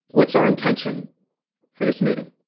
what's our intention for this meeting?